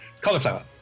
Cauliflower